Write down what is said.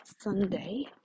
Sunday